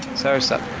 soursop,